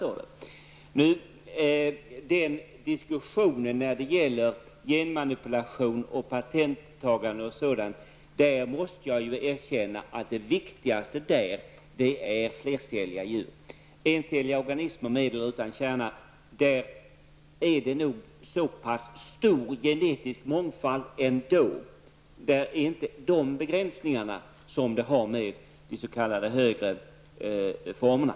I diskussionen om genmanipulation, patenttagande etc. är detta med flercelliga djur -- det måste jag erkänna -- viktigast. När det gäller encelliga organismer med eller utan kärna finns det nog en så pass stor genetisk mångfald att det inte är fråga om samma begränsningar som i fråga om de s.k. högre formerna.